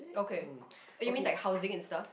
okay oh you mean like housing and stuff